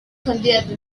candidato